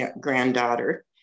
granddaughter